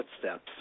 footsteps